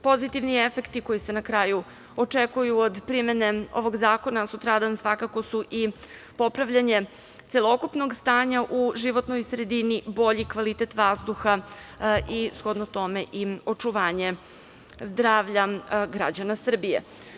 Pozitivni efekti koji se na kraju očekuju od primene ovog zakona, sutradan svakako su i popravljanje celokupnog stanja u životnoj sredini, bolji kvalitet vazduha i shodno tome i očuvanje zdravlja građana Srbije.